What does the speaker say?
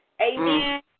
Amen